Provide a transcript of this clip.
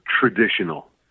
traditional